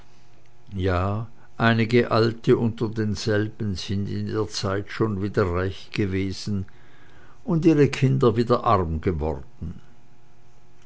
ja einige alte unter denselben sind in der zeit schon wieder reich gewesen und ihre kinder wieder arm geworden